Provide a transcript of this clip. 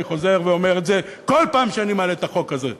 אני חוזר ואומר את זה כל פעם שאני מעלה את החוק הזה,